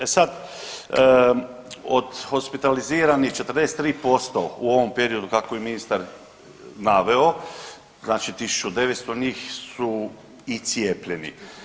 E sad, od hospitaliziranih 43% u ovom periodu, kako je ministar naveo, znači 1900 njih su i cijepljeni.